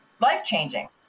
life-changing